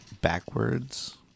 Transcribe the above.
backwards